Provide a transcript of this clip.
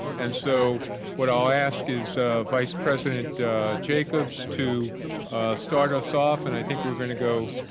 and so what i'll ask is vice president jacobs to start us off and i think we're gonna go